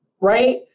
right